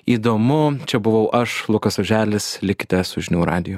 įdomu čia buvau aš lukas oželis likite su žinių radiju